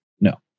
No